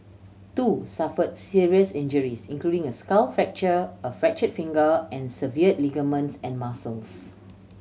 two suffered serious injuries including a skull fracture a fractured finger and severed ligaments and muscles